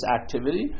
activity